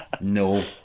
No